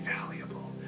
valuable